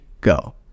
go